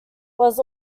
was